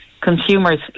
consumers